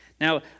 Now